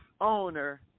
owner